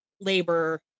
labor